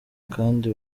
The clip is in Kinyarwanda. kandi